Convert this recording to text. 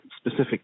specific